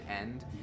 end